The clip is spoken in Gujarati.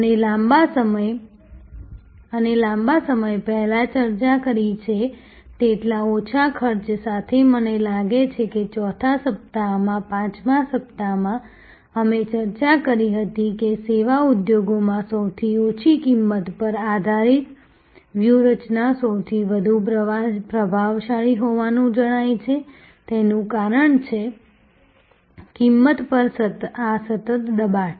અમે લાંબા સમય પહેલા ચર્ચા કરી છે તેટલા ઓછા ખર્ચ સાથે મને લાગે છે કે 4થા સપ્તાહમાં 5મા સપ્તાહમાં અમે ચર્ચા કરી હતી કે સેવા ઉદ્યોગોમાં સૌથી ઓછી કિંમત પર આધારિત વ્યૂહરચના સૌથી વધુ પ્રભાવશાળી હોવાનું જણાય છે તેનું કારણ છે કિંમત પર આ સતત દબાણ